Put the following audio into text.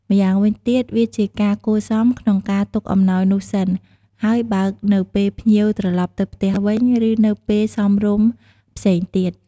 ម្យ៉ាងវិញទៀត វាជាការគួរសមក្នុងការទុកអំណោយនោះសិន ហើយបើកនៅពេលភ្ញៀវត្រឡប់ទៅផ្ទះវិញ ឬនៅពេលសមរម្យផ្សេងទៀត។